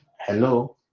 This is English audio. hello